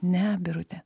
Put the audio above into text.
ne birute